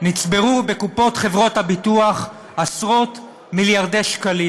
נצברו בקופות חברות הביטוח עשרות-מיליארדי שקלים,